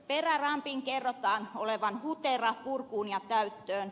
perärampin kerrotaan olevan hutera purkuun ja täyttöön